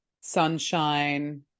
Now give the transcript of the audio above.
sunshine